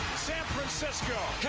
san francisco.